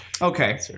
Okay